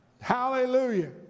Hallelujah